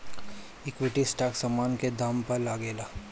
equity stock समान के दाम पअ लागेला